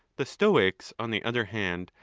the stoics, on the other hand,